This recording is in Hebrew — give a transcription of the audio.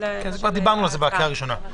"(9)